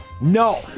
No